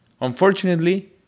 Unfortunately